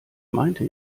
meinte